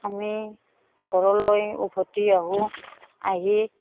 আমি ঘৰলৈ উভতি আহোঁ আহি